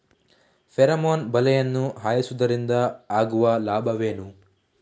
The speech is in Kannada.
ಫೆರಮೋನ್ ಬಲೆಯನ್ನು ಹಾಯಿಸುವುದರಿಂದ ಆಗುವ ಲಾಭವೇನು?